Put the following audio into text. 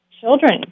children